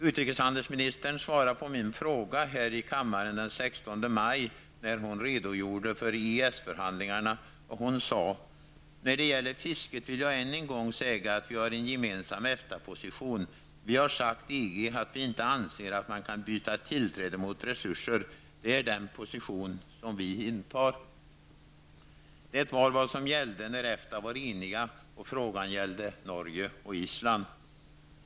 Utrikeshandelsministern svarade på min fråga här i kammaren den 16 maj när hon redogjorde för EES förhandlingarna. Hon sade då: ''När det gäller fisket vill jag än en gång säga att vi har en gemensam EFTA-position. Vi har sagt EG att vi inte anser att man kan byta tillträde mot resurser. Det är den position som vi intar.'' Det var vad som gällde när EFTA-länderna var eniga och frågan avsåg Norge och Island.